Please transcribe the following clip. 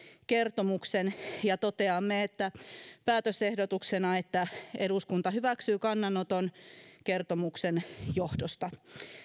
kertomuksen ja toteamme päätösehdotuksena että eduskunta hyväksyy kannanoton kertomuksen johdosta